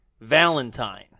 Valentine